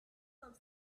some